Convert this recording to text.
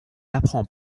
apprend